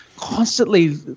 constantly